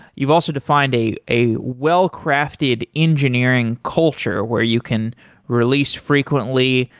you've also defined a a well-crafted engineering culture where you can release frequently.